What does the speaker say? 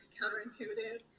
counterintuitive